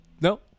no